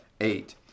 eight